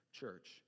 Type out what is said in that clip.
church